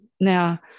Now